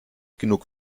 genug